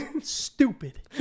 Stupid